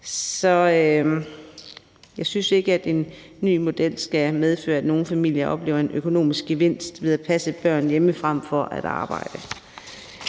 Så jeg synes ikke, at en ny model skal medføre, at nogle familier oplever en økonomisk gevinst ved at passe børn hjemme frem for at arbejde.